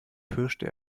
pirschte